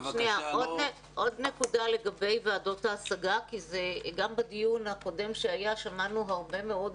עוד נקודה לגבי ועדות ההשגה כי גם בדיון הקודם שמענו הרבה מאוד